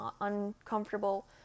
uncomfortable